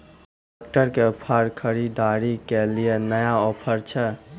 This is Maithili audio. ट्रैक्टर के फार खरीदारी के लिए नया ऑफर छ?